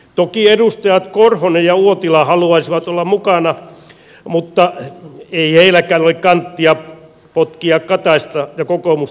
toki edustajat korhonen ja uotila haluaisivat olla mukana mutta ei heilläkään ole kanttia potkia kataista ja kokoomusta kumoon